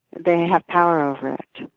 they have power over it.